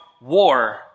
war